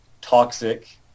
toxic